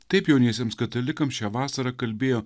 taip jauniesiems katalikams šią vasarą kalbėjo